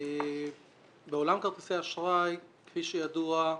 בעולם כרטיסי אשראי, כפי שידוע,